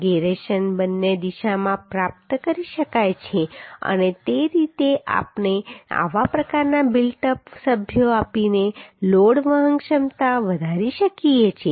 જીરેશન બંને દિશામાં પ્રાપ્ત કરી શકાય છે અને તે રીતે આપણે આવા પ્રકારના બિલ્ટ અપ સભ્યો આપીને લોડ વહન ક્ષમતા વધારી શકીએ છીએ